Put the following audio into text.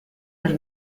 los